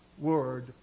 word